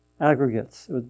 aggregates